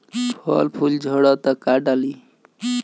फल फूल झड़ता का डाली?